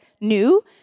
new